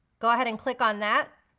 go ahead and click on that.